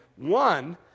one